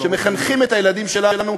שמחנכים את הילדים שלנו,